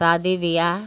शादी ब्याह